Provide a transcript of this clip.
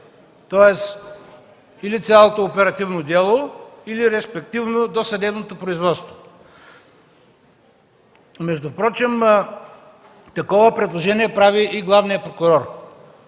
тоест или цялото оперативно дело, или респективно досъдебното производство. Такова предложение прави и главният прокурор